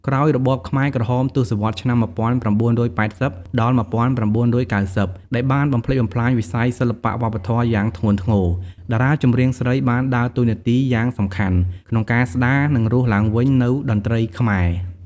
ក្រោយរបបខ្មែរក្រហម ទសវត្សរ៍ឆ្នាំ ១៩៨០ ដល់១៩៩០ ដែលបានបំផ្លិចបំផ្លាញវិស័យសិល្បៈវប្បធម៌យ៉ាងធ្ងន់ធ្ងរ តារាចម្រៀងស្រីបានដើរតួនាទីយ៉ាងសំខាន់ក្នុងការស្ដារ និងរស់ឡើងវិញនូវតន្ត្រីខ្មែរ។